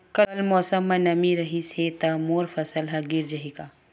कल मौसम म नमी रहिस हे त मोर फसल ह गिर जाही का?